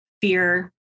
fear